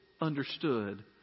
understood